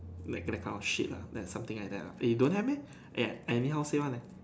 making account shit lah that something like that eh you don't have meh eh I anyhow say want eh